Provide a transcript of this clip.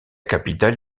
capitale